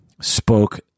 spoke